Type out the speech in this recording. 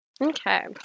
Okay